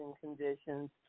conditions